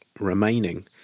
remaining